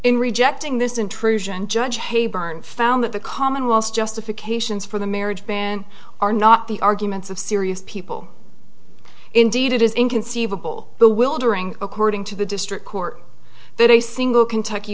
in rejecting this intrusion judge hey byrne found that the commonwealth's justifications for the marriage ban are not the arguments of serious people indeed it is inconceivable bewildering according to the district court that a single kentucky